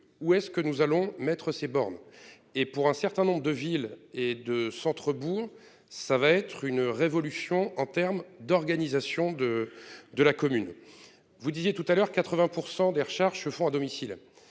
où est-ce que nous allons mettre ces bornes et pour un certain nombre de villes et de centre-, bourg. Ça va être une révolution en termes d'organisation de de la commune. Vous disiez tout à l'heure 80% des recharges se font à domicile.